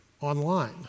online